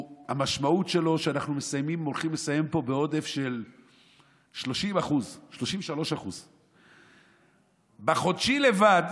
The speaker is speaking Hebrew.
המשמעות שלו היא שאנחנו הולכים לסיים פה בעודף של 33%. בחודשי לבד